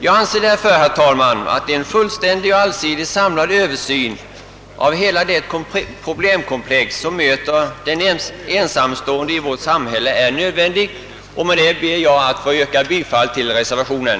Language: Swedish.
Jag anser därför, herr talman, att en fullständig och allsidig översyn av hela det problemkomplex, som möter den ensamstående i vårt samhälle, är nödvändig. Med detta ber jag att få yrka bifall till reservationen.